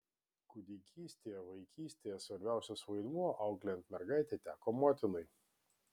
kūdikystėje vaikystėje svarbiausias vaidmuo auklėjant mergaitę teko motinai